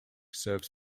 serves